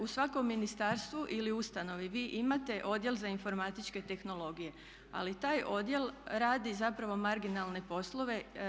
U svakom ministarstvu ili ustanovi vi imate odjel za informatičke tehnologije, ali taj odjel radi zapravo marginalne poslove.